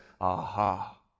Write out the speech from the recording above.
Aha